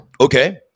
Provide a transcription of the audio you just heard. Okay